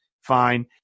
Fine